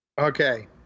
Okay